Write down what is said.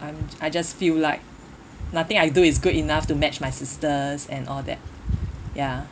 I'm I just feel like nothing I do is good enough to match my sisters and all that ya